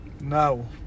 No